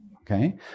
Okay